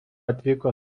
atvyko